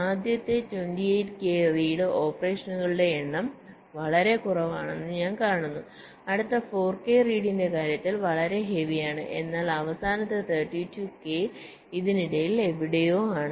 ആദ്യത്തെ 28 K read ഓപ്പറേഷനുകളുടെ എണ്ണം വളരെ കുറവാണെന്ന് ഞാൻ കാണുന്നു അടുത്ത 4 കെ റീഡിന്റെ കാര്യത്തിൽ വളരെ ഹെവിയാണ് എന്നാൽ അവസാനത്തെ 32 കെ ഇതിനിടയിൽ എവിടെയോ ആണ്